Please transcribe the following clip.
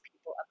people